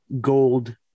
gold